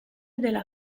della